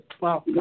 Wow